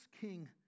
King